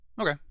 okay